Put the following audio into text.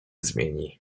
zmieni